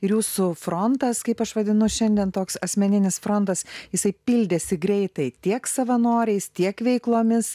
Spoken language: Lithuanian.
ir jūsų frontas kaip aš vadinu šiandien toks asmeninis frontas jisai pildėsi greitai tiek savanoriais tiek veiklomis